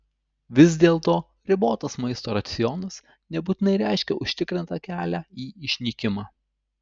vis dėlto ribotas maisto racionas nebūtinai reiškia užtikrintą kelią į išnykimą